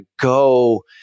go